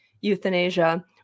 euthanasia